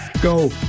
Go